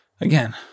again